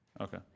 Okay